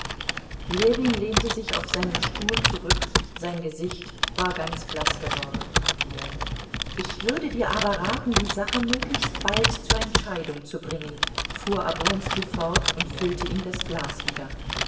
ljewin lehnte sich auf seinem stuhl zurück sein gesicht war ganz blaß geworden ich würde dir aber raten die sache möglichst bald zur entscheidung zu bringen fuhr oblonski fort und füllte ihm das glas wieder